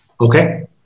Okay